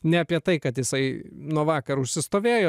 ne apie tai kad jisai nuo vakar užsistovėjo